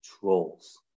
trolls